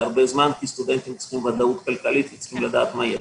הרבה זמן כי סטודנטים צריכים וודאות כלכלית והם צריכים לדעת מה יש.